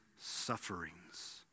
sufferings